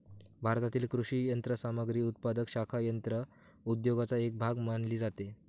भारतातील कृषी यंत्रसामग्री उत्पादक शाखा यंत्र उद्योगाचा एक भाग मानली जाते